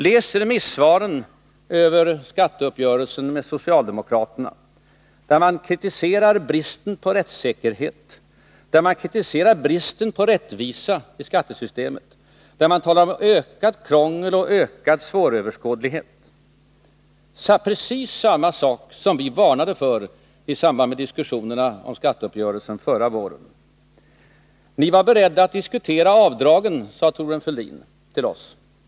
Läs remissvaren över skatteuppgörelsen med socialdemokraterna, där man kritiserar bristen på rättssäkerhet, där man kritiserar bristen på rättvisa, där man talar om ökat krångel och ökad svåröverskådlighet! Det var precis detta som vi varnade för i samband med diskussionerna om skatteuppgörelsen förra våren. Ni var beredda att diskutera avdragen, sade Thorbjörn Fälldin nyss.